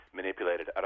manipulated